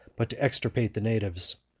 but to extirpate the natives.